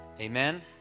amen